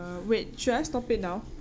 uh wait should I stop it now